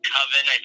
Coven